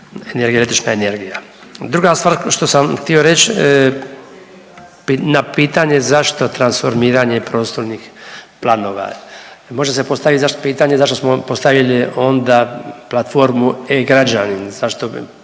i električna energija. Druga stvar što sam htio reć na pitanje zašto transformiranje prostornih planova, može se postaviti pitanje zašto smo postavili onda platformu e-Građani, zašto